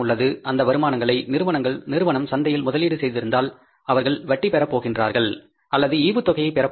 அந்த வருமானங்களை நிறுவனம் சந்தையில் முதலீடு செய்திருந்தால் அவர்கள் வட்டி பெறப் போகிறார்கள் அல்லது ஈவுத்தொகையைப் பெறப் போகிறார்கள்